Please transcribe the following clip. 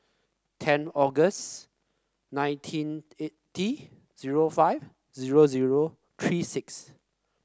ten August nineteen eighty zero five zero zero three six